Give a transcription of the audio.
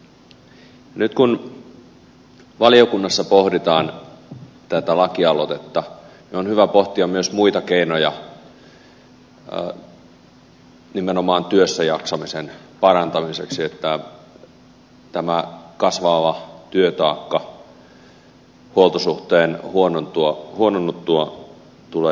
nyt kun valiokunnassa pohditaan tätä laki aloitetta niin on hyvä pohtia myös muita keinoja nimenomaan työssäjaksamisen parantamiseksi että tämä kasvava työtaakka huoltosuhteen huononnuttua tulee jotenkin hoidettua